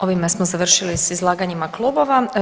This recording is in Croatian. Ovime smo završili sa izlaganjima klubova.